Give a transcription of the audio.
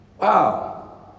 Wow